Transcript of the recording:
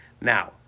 Now